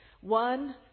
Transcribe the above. One